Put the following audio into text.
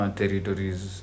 territories